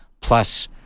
plus